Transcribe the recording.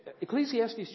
Ecclesiastes